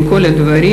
עם כל הדברים,